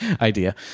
idea